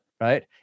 Right